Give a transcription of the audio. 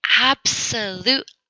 absolute